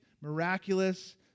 miraculous